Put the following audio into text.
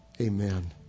Amen